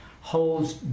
holds